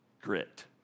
grit